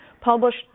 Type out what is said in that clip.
published